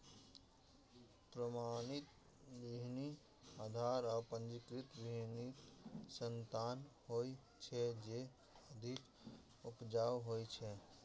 प्रमाणित बीहनि आधार आ पंजीकृत बीहनिक संतान होइ छै, जे अधिक उपजाऊ होइ छै